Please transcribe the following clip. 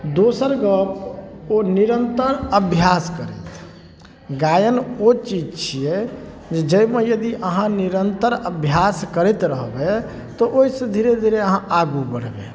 दोसर गप ओ निरन्तर अभ्यास करथि गायन ओ चीज छिए जे जाहिमे यदि अहाँ निरन्तर अभ्यास करैत रहबै तऽ ओहिसँ धीरे धीरे अहाँ आगू बढ़बै